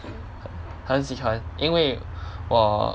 很喜欢因为我